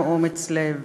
גם אומץ לב.